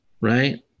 Right